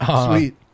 Sweet